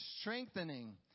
Strengthening